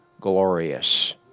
glorious